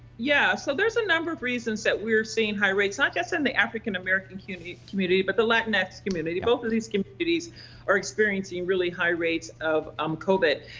yeah, so there's a number of reasons that we're seeing high rates, not just in the african-american community community but the like latinx community. both of these communities are experiencing really high rates of um covid.